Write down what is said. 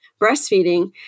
breastfeeding